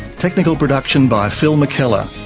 technical production by phil mckellar,